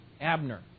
Abner